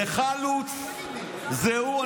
זה חלוץ, זה הוא.